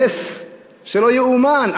נס לא ייאמן,